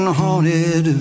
haunted